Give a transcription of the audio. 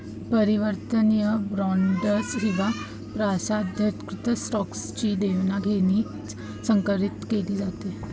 परिवर्तनीय बॉण्ड्स किंवा प्राधान्यकृत स्टॉकची देवाणघेवाण संकरीत केली जाते